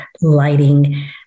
lighting